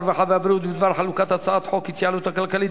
הרווחה והבריאות בדבר חלוקת הצעת חוק ההתייעלות הכלכלית